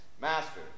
Master